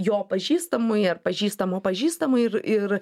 jo pažįstamui ar pažįstamo pažįstamui ir ir